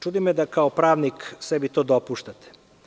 Čudi me da kao pravnik sebi to dopuštate.